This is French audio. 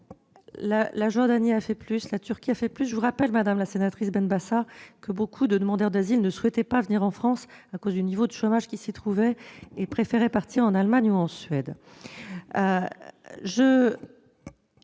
La Jordanie a fait plus, la Turquie a fait plus, certes. Je vous rappelle quand même, madame la sénatrice Benbassa, que beaucoup de demandeurs d'asile ne souhaitaient pas venir en France à cause du niveau de chômage qui y prévalait, et préféraient partir en Allemagne ou en Suède.